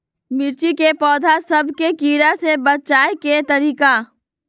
मिर्ची के पौधा सब के कीड़ा से बचाय के तरीका?